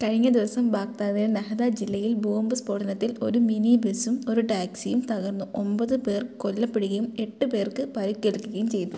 കഴിഞ്ഞ ദിവസം ബാഗ്ദാദിൽ നഹ്ദ ജില്ലയിൽ ബോംബ് സ്ഫോടനത്തിൽ ഒരു മിനി ബസും ഒരു ടാക്സിയും തകർന്നു ഒമ്പത് പേർ കൊല്ലപ്പെടുകയും എട്ട് പേർക്ക് പരിക്കേൽക്കുകയും ചെയ്തു